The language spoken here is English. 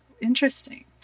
interesting